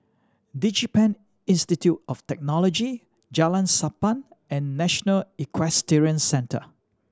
DigiPen Institute of Technology Jalan Sappan and National Equestrian Centre